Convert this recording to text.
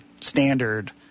standard